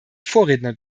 vorredner